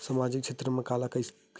सामजिक क्षेत्र काला कइथे?